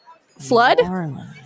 Flood